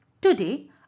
Today